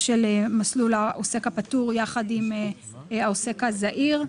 של מסלול העוסק הפטור יחד עם העוסק הזעיר.